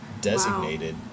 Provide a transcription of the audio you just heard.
Designated